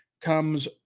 comes